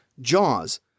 Jaws